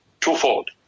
twofold